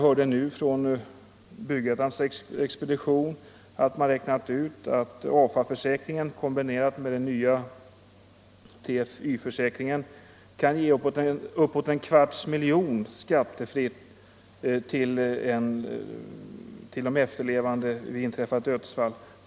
På Byggettans expedition har man räknat ut att AFA-försäkringen kombinerad med den nya TFY-försäkringen kan ge uppåt en kvarts miljon kronor skattefritt till de efterlevande vid inträffat dödsfall.